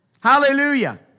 Hallelujah